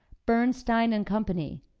bernstein and company,